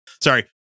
Sorry